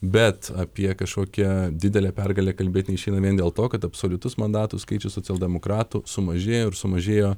bet apie kažkokią didelę pergalę kalbėt neišeina vien dėl to kad absoliutus mandatų skaičius socialdemokratų sumažėjo ir sumažėjo